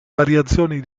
variazioni